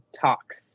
talks